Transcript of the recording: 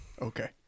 okay